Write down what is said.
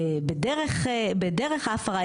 בדרך ההפרה,